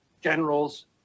generals